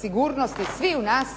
sigurnosti sviju nas